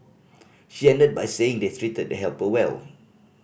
she ended by saying they treated the helper well